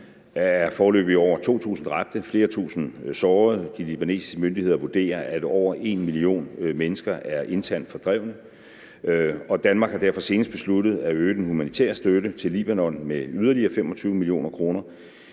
der foreløbig over 2.000 dræbte og flere tusind sårede. De libanesiske myndigheder vurderer, at over 1 million mennesker er internt fordrevne. Danmark har derfor senest besluttet at øge den humanitære støtte til Libanon med yderligere 25 mio. kr.,